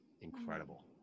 Incredible